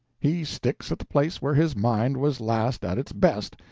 he sticks at the place where his mind was last at its best,